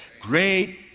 great